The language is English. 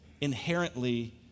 inherently